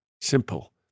simple